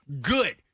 Good